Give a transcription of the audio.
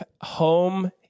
home